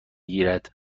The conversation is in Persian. گیرد